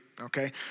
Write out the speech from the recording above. okay